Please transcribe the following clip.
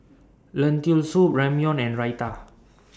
Lentil Soup Ramyeon and Raita